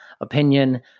opinion